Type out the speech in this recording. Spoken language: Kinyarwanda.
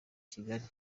kigali